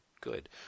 good